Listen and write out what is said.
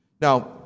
Now